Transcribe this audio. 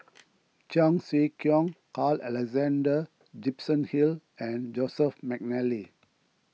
Cheong Siew Keong Carl Alexander Gibson Hill and Joseph McNally